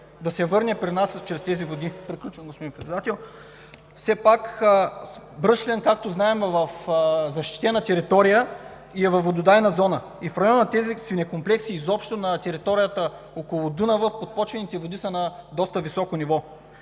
да се върне при нас чрез тези води? – Приключвам, господин Председател. Бръшлен, както знаем, е в защитена територия и е във вододайна зона. В района на тези свинекомплекси, изобщо на територията около Дунав подпочвените води са на доста високо ниво.